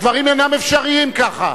הדברים אינם אפשריים ככה.